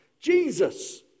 Jesus